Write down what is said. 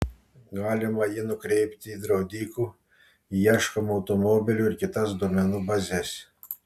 galima jį nukreipti į draudikų į ieškomų automobilių ir kitas duomenų bazes